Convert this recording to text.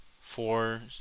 four